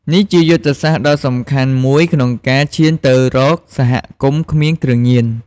នេះជាយុទ្ធសាស្ត្រដ៏សំខាន់មួយក្នុងការឈានទៅរកសហគមន៍គ្មានគ្រឿងញៀន។